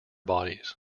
bodies